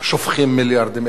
"שופכים מיליארדים",